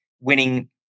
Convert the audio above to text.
winning